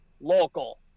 local